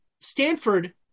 Stanford